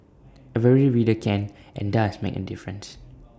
every reader can and does make A difference